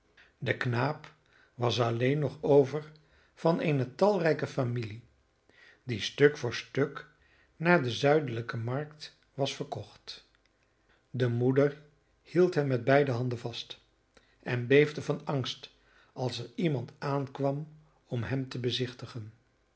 de knaap was alleen nog over van eene talrijke familie die stuk voor stuk naar de zuidelijke markt was verkocht de moeder hield hem met beide handen vast en beefde van angst als er iemand aankwam om hem te bezichtigen